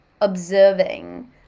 observing